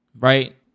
right